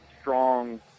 strong